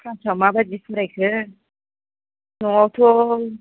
क्लासाव मा बायदि फरायखो न'आव थ'